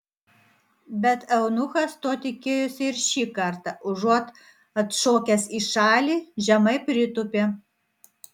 bet eunuchas to tikėjosi ir šį kartą užuot atšokęs į šalį žemai pritūpė